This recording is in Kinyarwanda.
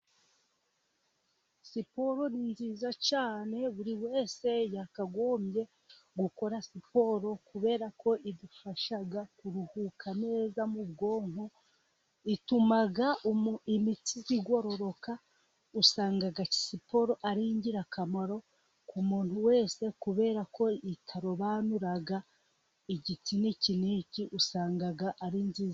Siporo ni nziza cyane, buri wese yakagombye gukora siporo, kubera ko idufasha kuruhuka neza mu bwonko, ituma imitsi igororoka, usanga siporo ari ingirakamaro ku muntu wese, kubera ko itarobanura igitsina iki n'iki, usanga ari nziza.